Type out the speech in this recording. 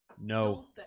No